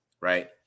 right